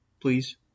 Please